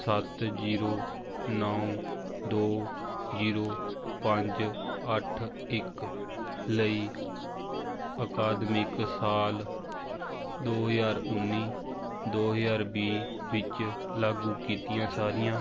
ਸੱਤ ਜ਼ੀਰੋ ਨੌ ਦੋ ਜੀਰੋ ਪੰਜ ਅੱਠ ਇੱਕ ਲਈ ਅਕਾਦਮਿਕ ਸਾਲ ਦੋ ਹਜ਼ਾਰ ਉੱਨੀ ਦੋ ਹਜ਼ਾਰ ਵੀਹ ਵਿੱਚ ਲਾਗੂ ਕੀਤੀਆਂ ਸਾਰੀਆਂ